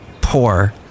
poor